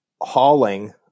hauling